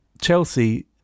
Chelsea